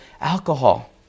alcohol